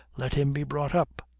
let him be brought up,